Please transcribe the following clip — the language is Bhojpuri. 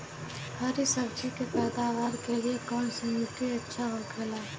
हरी सब्जी के पैदावार के लिए कौन सी मिट्टी अच्छा होखेला?